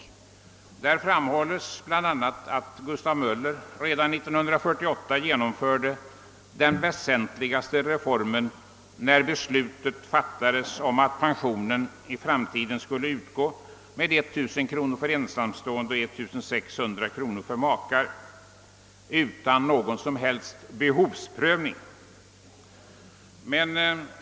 I detta brev framhålles bl.a. att Gustav Möller redan 1948 genomförde den väsentligaste reformen när man fattade beslutet att pensionen i framtiden skulle utgå med 1 000 kronor för ensamstående och 1600 kronor för makar utan någon som helst behovsprövning.